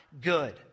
good